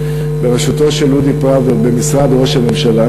בראשותו של אודי פראוור במשרד ראש הממשלה,